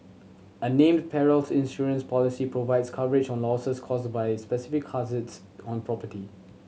a named perils insurance policy provides coverage on losses caused by specific hazards on property